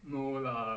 no lah